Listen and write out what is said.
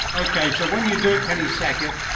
okay, so when you do it, penny sackett,